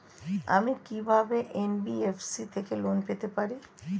আমি কি কিভাবে এন.বি.এফ.সি থেকে লোন পেতে পারি?